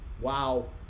Wow